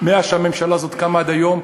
מאז שהממשלה הזאת קמה עד היום,